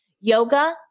Yoga